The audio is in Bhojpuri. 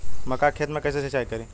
मका के खेत मे कैसे सिचाई करी?